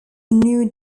new